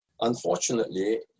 Unfortunately